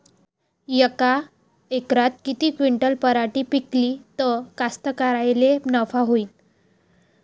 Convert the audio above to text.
यका एकरात किती क्विंटल पराटी पिकली त कास्तकाराइले नफा होईन?